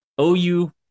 OU